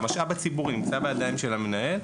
נמצא בידיים של המנהל,